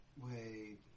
wait